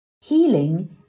Healing